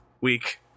week